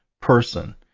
person